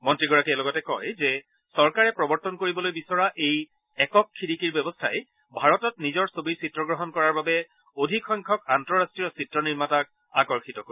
মন্ত্ৰীগৰাকীয়ে লগতে কয় যে চৰকাৰে প্ৰবৰ্তন কৰিবলৈ বিচৰা এই একক খিৰিকীৰ ব্যৱস্থাই ভাৰতত নিজৰ ছবিৰ চিত্ৰগ্ৰহণ কৰাৰ বাবে অধিকসংখ্যক আন্তঃৰাষ্ট্ৰীয় চিত্ৰ নিৰ্মাতাক আকৰ্ষিত কৰিব